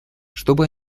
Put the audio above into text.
чтобы